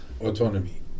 autonomy